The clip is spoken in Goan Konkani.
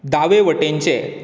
दावे वटेनचें